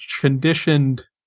conditioned